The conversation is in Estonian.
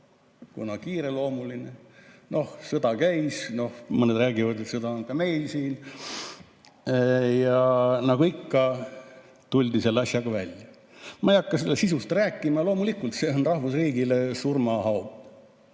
on kiireloomuline. Noh, sõda käis, mõned räägivad, et sõda on ka meil siin. Ja nagu ikka, tuldi selle asjaga välja. Ma ei hakka selle sisust rääkima, loomulikult on see rahvusriigile surmahoop.